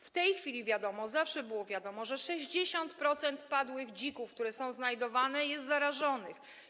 W tej chwili wiadomo, zawsze było wiadomo, że 60% padłych dzików, które są znajdowane, jest zarażonych.